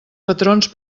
patrons